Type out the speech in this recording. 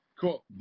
Cool